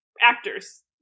actors